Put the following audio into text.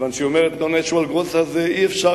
כיוון שהיא אומרת no natural growth, אז אי-אפשר.